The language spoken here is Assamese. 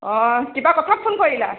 অঁ কিবা কথাত ফোন কৰিলা